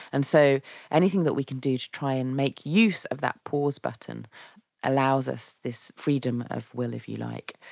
and so anything that we can do to try and make use of that pause button allows us this freedom of will, if you like.